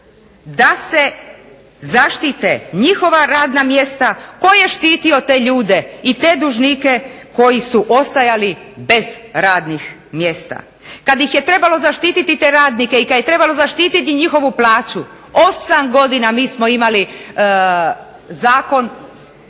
da se zaštite njihova radna mjesta, to je štitio te ljude i te dužnike koji su ostajali bez radnih mjesta. Kada ih je trebalo zaštititi te radnike i kada je trebalo zaštititi njihovu plaću, 8 godina mi smo imali Zakon